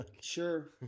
Sure